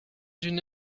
une